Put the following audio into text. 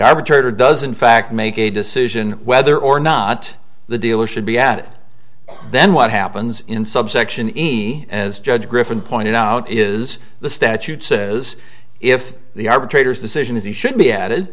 arbitrator does in fact make a decision whether or not the dealers b ad then what happens in subsection e as judge griffin pointed out is the statute says if the arbitrator's decision is he should be a